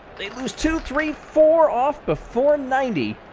they lose two, three, four off before ninety,